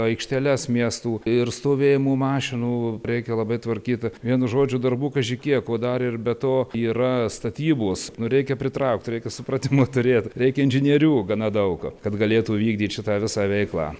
aikšteles miestų ir stovėjimo mašinų reikia labai tvarkyt vienu žodžiu darbų kaži kiek ko o dar ir be to yra statybos nu reikia pritraukti reikia supratimo turėt reikia inžinierių gana daug kad galėtų vykdyti šitą visą veiklą